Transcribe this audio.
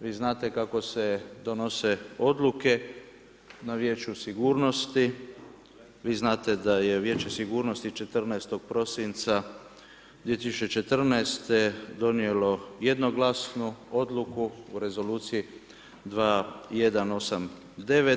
Vi znate kako se donose odluke na Vijeću sigurnosti, vi znate da je Vijeće sigurnosti 14. prosinca 2014. donijelo jednoglasnu odluku o rezoluciji 2189